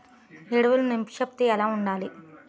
ఎరువులు నిష్పత్తి ఎలా ఉండాలి?